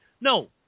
No